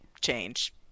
change